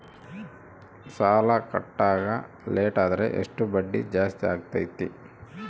ಸಾಲ ಕಟ್ಟಾಕ ಲೇಟಾದರೆ ಎಷ್ಟು ಬಡ್ಡಿ ಜಾಸ್ತಿ ಆಗ್ತೈತಿ?